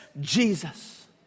Jesus